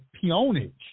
peonage